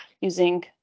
using